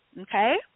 Okay